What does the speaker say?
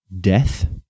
death